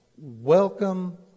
welcome